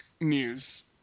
news